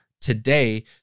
today